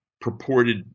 purported